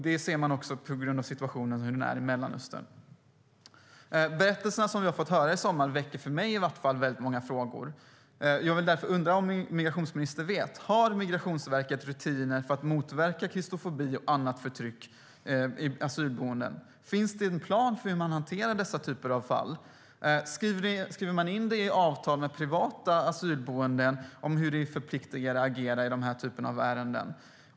Man ser också hur situationen är i Mellanöstern. De berättelser vi har fått höra i sommar väcker många frågor, i varje fall hos mig. Jag undrar därför: Vet migrationsministern om Migrationsverket har rutiner för att motverka kristofobi och annat förtryck på asylboenden? Finns det en plan för hur man hanterar dessa fall? Skriver man in i avtal med privata asylboenden hur dessa är förpliktade att agera i denna typ av ärenden?